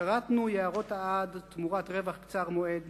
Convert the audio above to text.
כרתנו יערות העד תמורת רווח קצר-מועד.